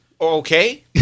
Okay